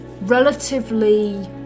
relatively